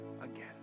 again